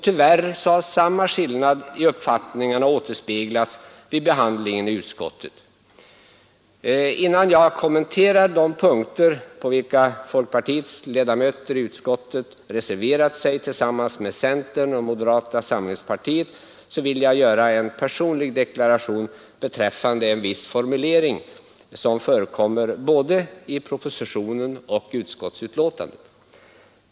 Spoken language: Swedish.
Tyvärr har samma skillnad i uppfattningarna återspeglats vid behandlingen i utskottet. Innan jag kommenterar de punkter på vilka folkpartiets ledamöter i utskottet reserverat sig tillsammans med centern och moderata samlingspartiet vill jag göra en personlig deklaration beträffande en viss formulering som förekommer i både propositionen och utskottsbetänkandet.